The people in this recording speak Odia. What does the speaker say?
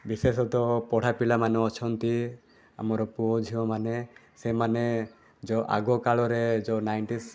ବିଶେଷତଃ ପଢ଼ା ପିଲାମାନେ ଅଛନ୍ତି ଆମର ପୁଅ ଝିଅମାନେ ସେମାନେ ଯେଉଁ ଆଗକାଳରେ ଯେଉଁ ନାଇଁନଟିଜ୍